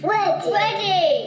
Ready